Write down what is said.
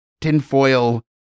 tinfoil